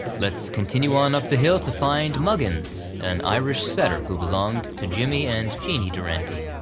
let's continue on up the hill to find muggins, an irish setter who belonged to jimmy and jeanie durante.